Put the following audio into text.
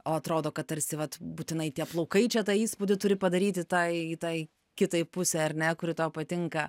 o atrodo kad tarsi vat būtinai tie plaukai čia tą įspūdį turi padaryti tai tai kitai pusei ar ne kuri tau patinka